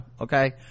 okay